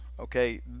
Okay